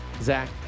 Zach